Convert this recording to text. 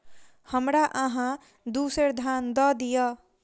हमरा अहाँ दू सेर धान दअ दिअ